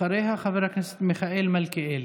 אחריה, חבר הכנסת מיכאל מלכיאלי.